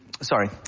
sorry